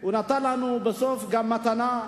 הוא נתן לנו בסוף עוד מתנה.